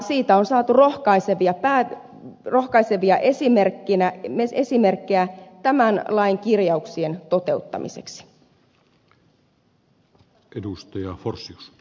siitä on saatu rohkaisevia esimerkkejä tämän lain kirjauksien toteuttamiseksi